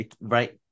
right